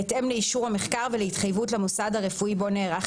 בהתאם לאישור המחקר ולהתחייבות למוסד הרפואי בו נערך